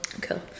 Cool